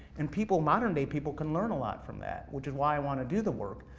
and people, modern day people can learn a lot from that, which is why i wanna do the work.